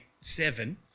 seven